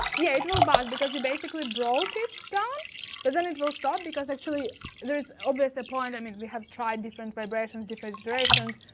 yeah, it will buzz because you basically broke it down but then it will stop because actually there's obvious upon, i mean, we have tried different vibrations, different iterations,